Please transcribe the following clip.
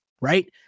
right